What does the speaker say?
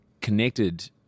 connected